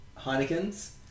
Heineken's